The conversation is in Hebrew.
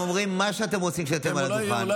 אומר לחבר